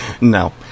No